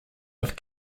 have